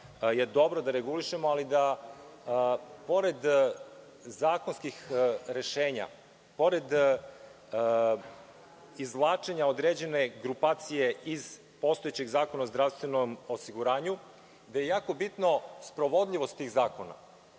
je dobro da regulišemo ali da pored zakonskih rešenja, pored izvlačenja određene grupacije iz postojećeg Zakona o zdravstvenom osiguranju, gde je jako bitna sprovodljivost tih zakona.